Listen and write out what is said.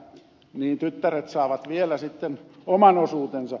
niin tyttäret saavat vielä sitten oman osuutensa